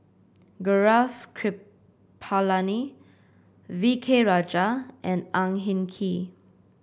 Gaurav Kripalani V K Rajah and Ang Hin Kee